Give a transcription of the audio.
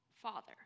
Father